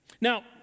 Now